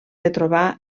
retrobar